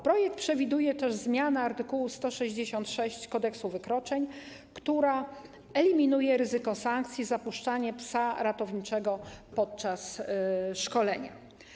Projekt przewiduje też zmianę art. 166 Kodeksu wykroczeń, która eliminuje ryzyko sankcji za puszczanie psa ratowniczego podczas szkolenia.